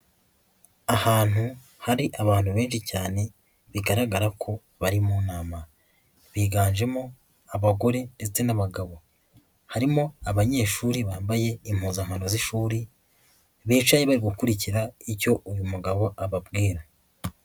Ahantu hari abantu benshi cyane bigaragara ko bari mu nama biganjemo abagore ndetse n'abagabo harimo abanyeshuri bambaye impuzankano z'ishuri bicaye bari gukurikira icyo uyu mugabo ababwira.